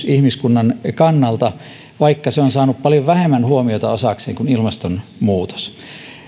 ihmiskunnan kannalta vaikka se on saanut paljon vähemmän huomiota osakseen kuin ilmastonmuutos